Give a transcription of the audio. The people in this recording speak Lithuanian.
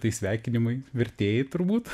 tai sveikinimai vertėjai turbūt